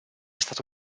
stato